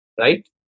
Right